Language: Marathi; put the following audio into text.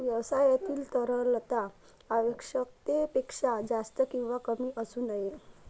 व्यवसायातील तरलता आवश्यकतेपेक्षा जास्त किंवा कमी असू नये